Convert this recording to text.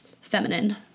feminine